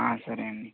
సరే అండి